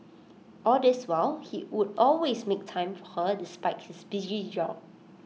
all this while he would always make time for her despite his busy job